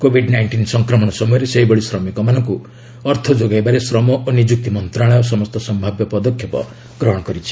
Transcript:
Covid nineteen ସଂକ୍ରମଣ ସମୟରେ ସେହିଭଳି ଶ୍ରମିକମାନଙ୍କୁ ଅର୍ଥ ଯୋଗାଇବାରେ ଶ୍ରମ ଓ ନିଯୁକ୍ତି ମନ୍ତ୍ରଣାଳୟ ସମସ୍ତ ସମ୍ଭାବ୍ୟ ପଦକ୍ଷେପ ଗ୍ରହଣ କରିଛି